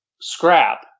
scrap